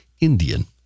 Indian